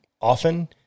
often